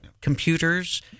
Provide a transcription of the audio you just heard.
computers